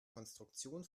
konstruktion